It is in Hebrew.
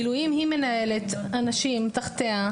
אם היא מנהלת אנשים תחתיה,